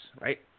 right